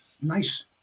nice